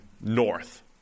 North